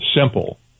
simple